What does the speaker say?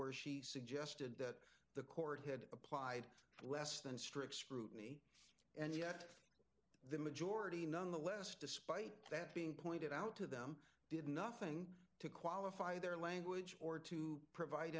where she suggested that the court had applied less than strict scrutiny and yet the majority nonetheless despite that being pointed out to them did nothing to qualify their language or to provide